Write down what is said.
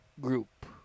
group